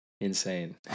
insane